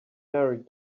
married